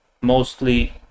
mostly